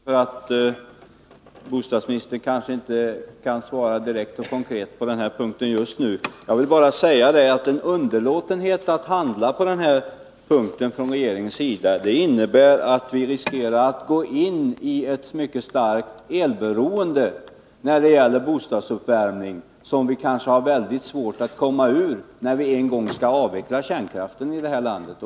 Herr talman! Jag har en viss förståelse för att bostadsministern inte just nu kan svara konkret på min fråga. Jag vill dock påpeka att en underlåtenhet från regeringen att handla på den här punkten innebär att vi riskerar att gå in i ett mycket starkt elberoende när det gäller bostadsuppvärmning, som vi kanske har mycket svårt att komma ur när vi en gång skall avveckla kärnkraften i det här landet.